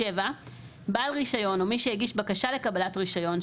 בעל רישיון או מי שהגיש בקשה לקבלת רישיון,